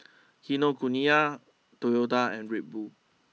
Kinokuniya Toyota and Red Bull